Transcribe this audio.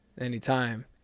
Anytime